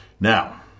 Now